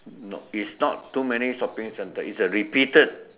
not it's not too many shopping center it's the repeated